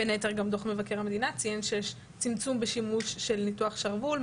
בין היתר גם דוח מבקר המדינה ציין שיש צמצום בשימוש של ניתוח שרוול,